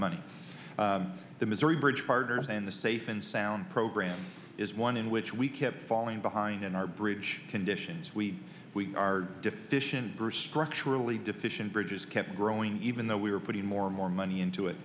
money the missouri bridge partners and the safe and sound program is one in which we kept falling behind in our bridge conditions we we are deficient burst structurally deficient bridges kept growing even though we were putting more and more money into it